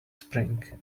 spring